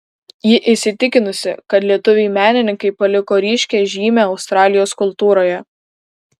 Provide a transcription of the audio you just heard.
ji įsitikinusi kad lietuviai menininkai paliko ryškią žymę australijos kultūroje